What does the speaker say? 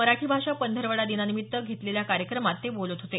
मराठी भाषा पंधरवडा दिनानिमित्त घेतलेल्या कार्यक्रमात ते बोलत होते